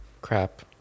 crap